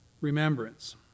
remembrance